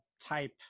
type